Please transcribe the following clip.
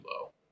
low